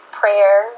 prayer